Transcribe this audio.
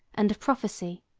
and of prophecy,